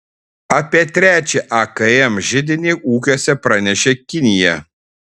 apie trečią akm židinį ūkiuose pranešė kinija